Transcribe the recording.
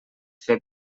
fer